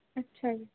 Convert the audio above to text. ਅੱਛਾ ਜੀ